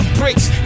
bricks